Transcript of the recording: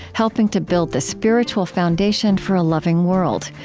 helping to build the spiritual foundation for a loving world.